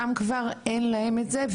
שם כבר אין להם את זה,